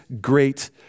great